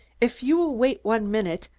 if you will wait one minute,